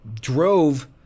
drove